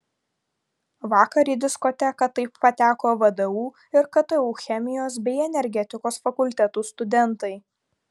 vakar į diskoteką taip pateko vdu ir ktu chemijos bei energetikos fakultetų studentai